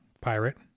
Pirate